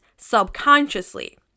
subconsciously